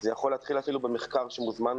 זה יכול להתחיל אפילו במחקר שמוזמן